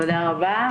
תודה רבה.